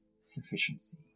sufficiency